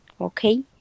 Okay